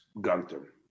gunther